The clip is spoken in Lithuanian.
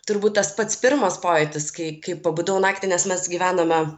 turbūt tas pats pirmas pojūtis kai kai pabudau naktį nes mes gyvenome